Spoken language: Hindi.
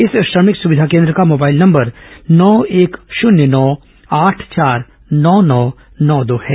इस श्रमिक सुविधा केन्द्र का मोबाइल नंबर नौ एक शून्य नौ आठ चार नौ नौ नौ दो है